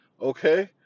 Okay